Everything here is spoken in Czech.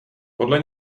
podle